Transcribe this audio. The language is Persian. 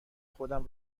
خودم